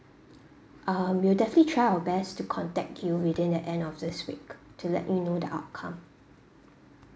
um we'll definitely try our best to contact you within the end of this week to let you know the outcome